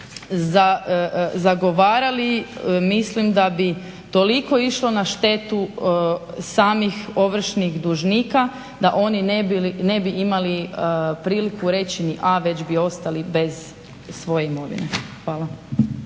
zagovarali mislim da bi toliko išlo na štetu samih ovršnih dužnika da oni ne bi imali priliku reći ni a već bi ostali bez svoje imovine. Hvala.